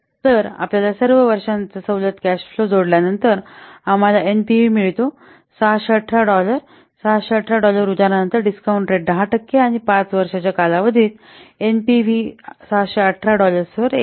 तर आपल्या सर्व वर्षांचा सवलत कॅश फ्लो जोडल्यानंतर आम्हाला एनपीव्ही मिळतो 618 डॉलर 618 डॉलर उदाहरणार्थ डिस्काउंट रेट 10 टक्के आणि 5 वर्षांच्या कालावधीत एनपीव्ही 618 डॉलर्सवर येईल